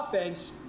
offense